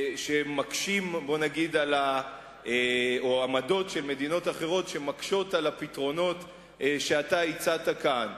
או עמדות של מדינות אחרות שמקשות על הפתרונות שהצעת כאן,